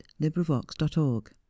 LibriVox.org